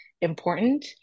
important